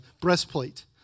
breastplate